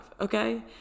Okay